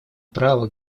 права